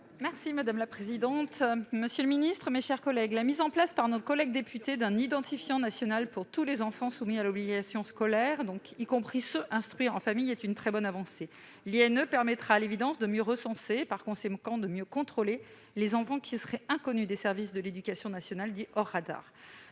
Delattre, pour présenter l'amendement n° 216 rectifié. La mise en place par nos collègues députés d'un identifiant national pour tous les enfants soumis à l'obligation d'instruction, y compris ceux qui sont instruits en famille, est une très louable avancée. L'INE permettra à l'évidence de mieux recenser et par conséquent de mieux contrôler les enfants qui seraient inconnus des services de l'éducation nationale, dits « hors radar